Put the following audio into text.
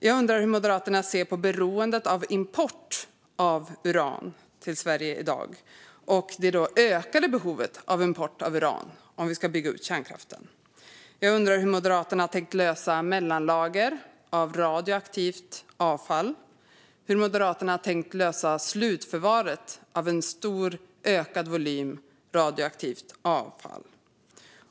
Hur ser Moderaterna på beroendet av import av uran till Sverige i dag och det ökade behovet av import av uran, om vi ska bygga ut kärnkraften? Hur har Moderaterna tänkt lösa mellanlager av radioaktivt avfall? Hur har Moderaterna tänkt lösa slutförvaret av en stor, ökad volym radioaktivt avfall?